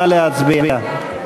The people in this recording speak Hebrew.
נא להצביע.